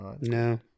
No